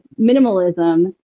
minimalism